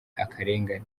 akarengane